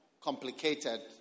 complicated